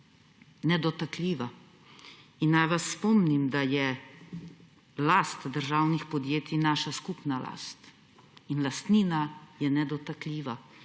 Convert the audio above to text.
nedotakljiva. Naj vas spomnim, da je last državnih podjetij naša skupna last. In lastnina je nedotakljiva